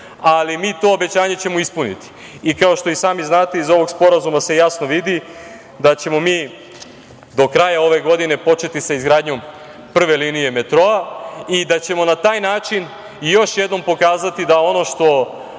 ali mi ćemo to obećanje ispuniti. Kao što i sami znate, iz ovog sporazuma se jasno vidi da ćemo mi do kraja ove godine početi sa izgradnjom prve linije metroa i da ćemo na taj način još jednom pokazati da ono što